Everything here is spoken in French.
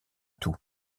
tout